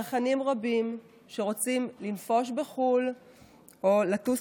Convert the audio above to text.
צרכנים רבים שרוצים לנפוש בחו"ל או לטוס